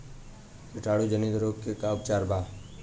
कीटाणु जनित रोग के का उपचार बा?